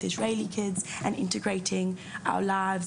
הילדים הישראלים ולשתף על החיים שלנו,